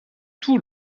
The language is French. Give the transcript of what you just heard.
tout